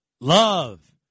love